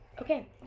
Okay